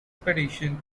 petition